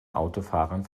autofahrern